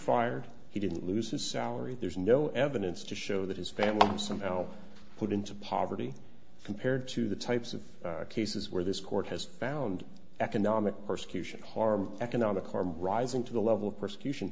fired he didn't lose his salary there's no evidence to show that his family was somehow put into poverty compared to the types of cases where this court has found economic persecution harm economic harm rising to the level of persecution